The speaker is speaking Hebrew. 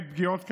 עת פגיעות קשות.